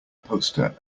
poster